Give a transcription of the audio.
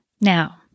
Now